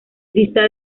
lista